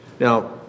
Now